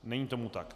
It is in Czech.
Není tomu tak.